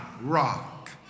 rock